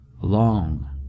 Long